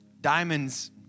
Diamonds